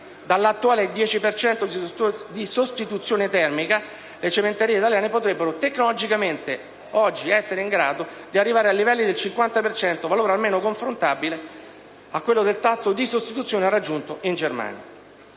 Dall'attuale 10 per cento di sostituzione termica, le cementerie italiane potrebbero tecnologicamente essere in grado già oggi di arrivare a livelli del 50 per cento, valore almeno confrontabile a quello del tasso di sostituzione raggiunto in Germania.